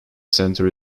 center